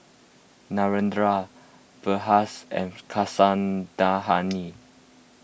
Narendra Verghese and Kasinadhuni